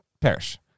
perish